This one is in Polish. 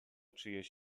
czyjeś